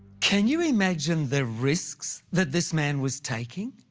can you imagine the risks that this man was taking?